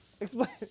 Explain